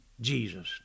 Jesus